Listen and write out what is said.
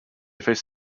face